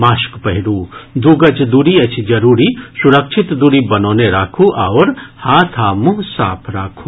mask पहिरू दू गज दूरी अछि जरूरी सुरक्षित दूरी बनौने राखू आओर हाथ आ मुंह साफ राखू